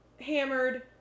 hammered